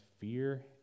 fear